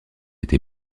été